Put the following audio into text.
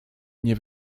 nie